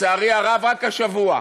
לצערי הרב, רק השבוע,